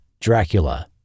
Dracula